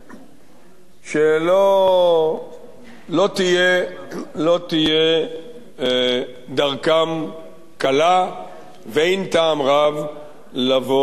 שלא תהיה דרכם קלה ואין טעם רב לבוא הנה.